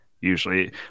usually